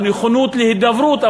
על נכונות להידברות,